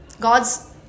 God's